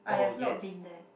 I have not been there